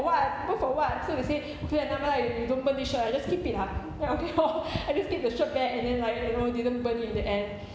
what burn for what so they say okay lah nevermind you you don't burn this shirt ah just keep it ah then okay lor I just keep the shirt back and then like you know didn't burn in the end